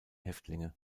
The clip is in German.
häftlinge